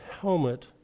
helmet